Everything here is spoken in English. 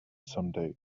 someday